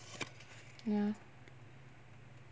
ya